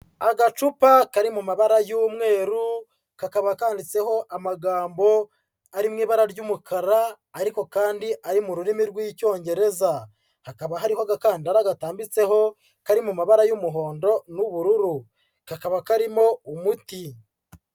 Agacupa kari mu mabara y'umweru, kakaba kanditseho amagambo ari mu ibara ry'umukara ariko kandi ari mu rurimi rw'Icyongereza, hakaba hariho agakandara gatambitseho kari mu mabara y'umuhondo n'ubururu, kakaba karimo umuti.